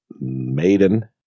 Maiden